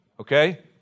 okay